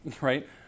right